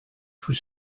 tout